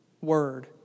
Word